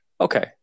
Okay